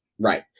Right